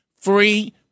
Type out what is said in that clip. Free